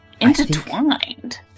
Intertwined